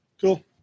cool